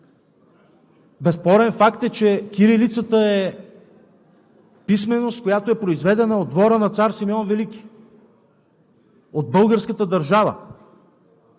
Безспорен факт е, че кирилицата е писменост, която е произведена от двора на Цар Симеон Велики, от българската държава.